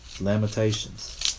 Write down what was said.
Lamentations